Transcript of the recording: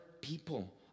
people